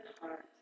heart